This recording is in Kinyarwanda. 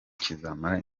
kizamara